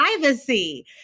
privacy